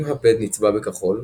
אם הפד נצבע בכחול,